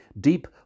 deep